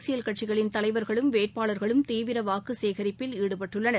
அரசியல் கட்சிகளின் தலைவர்களும் வேட்பாளர்களும் தீவிர வாக்கு சேகரிப்பில் ஈடுபட்டுள்ளனர்